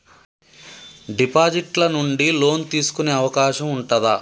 Deposit ల నుండి loan తీసుకునే అవకాశం ఉంటదా?